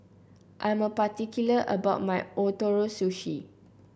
I'm particular about my Ootoro Sushi